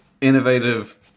innovative